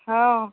हो